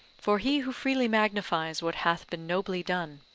for he who freely magnifies what hath been nobly done,